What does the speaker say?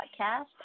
Podcast